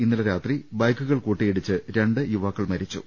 ഇന്നലെ രാത്രി ബൈക്കുകൾ കൂട്ടിയിടിച്ച് രണ്ടു യുവാക്കൾ മരിച്ചു